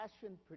passion